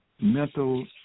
mental